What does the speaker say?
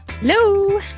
Hello